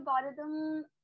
algorithm